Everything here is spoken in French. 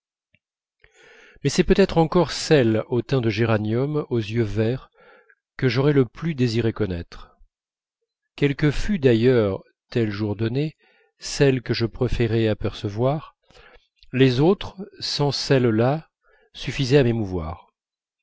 mais c'est peut-être encore celle au teint de géranium aux yeux verts que j'aurais le plus désiré connaître quelle que fût d'ailleurs tel jour donné celle que je préférais apercevoir les autres sans celle-là suffisaient à m'émouvoir